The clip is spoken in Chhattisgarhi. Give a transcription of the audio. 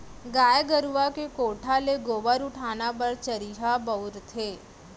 गाय गरूवा के कोठा ले गोबर उठाय बर चरिहा बउरथे